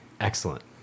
Excellent